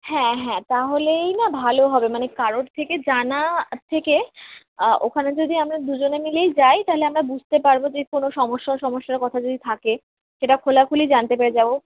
হ্যাঁ হ্যাঁ তাহলেই না ভালো হবে মানে কারোর থেকে জানার থেকে ওখানে যদি আমরা দুজনে মিলেই যাই তাহলে আমরা বুঝতে পারবো যে কোনো সমস্যা সমস্যার কথা যদি থাকে সেটা খোলাখুলি জানতে পেরে যাবো